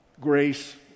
Grace